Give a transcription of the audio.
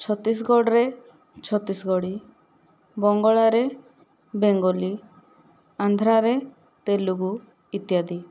ଛତିଶଗଡ଼ରେ ଛତିଶଗଡ଼ି ବଙ୍ଗଳାରେ ବେଙ୍ଗଲୀ ଆନ୍ଧ୍ରାରେ ତେଲୁଗୁ ଇତ୍ୟାଦି